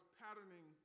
patterning